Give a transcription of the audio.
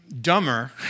Dumber